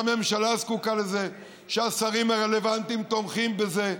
שהממשלה זקוקה לזה, שהשרים הרלוונטיים תומכים בזה.